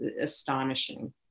astonishing